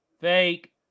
fake